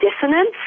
dissonance